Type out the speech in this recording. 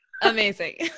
Amazing